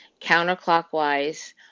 counterclockwise